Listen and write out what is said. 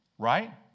right